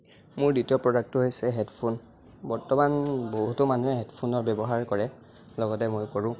মোৰ দ্বিতীয় প্ৰডাক্টটো হৈছে হেডফোন বৰ্তমান বহুতো মানুহে হেডফোনৰ ব্য়ৱহাৰ কৰে লগতে মই কৰোঁ